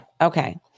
Okay